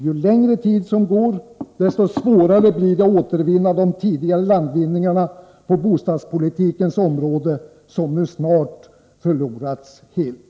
Ju längre tid som går, desto svårare blir det att återvinna de tidigare landvinningarna på bostadspolitikens område som nu snart förlorats helt.